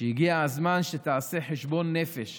שהגיע הזמן שתעשה חשבון נפש